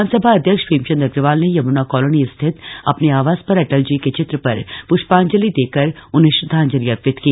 विधानसभा अध्यक्ष प्रेमचंद अग्रवाल ने यमुना कॉलोनी स्थित अपने आवास पर अटल जी के चित्र पर पुष्पांजलि देकर उन्हें श्रद्धांजलि अर्पित की